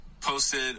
posted